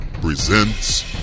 presents